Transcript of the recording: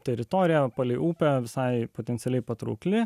teritorija palei upę visai potencialiai patraukli